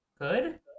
Good